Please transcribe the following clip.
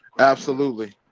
absolutely